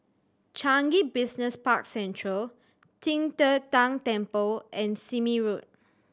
Changi Business Park Central Qing De Tang Temple and Sime Road